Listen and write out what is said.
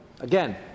Again